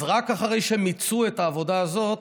אז רק אחרי שמיצו את העבודה הזאת,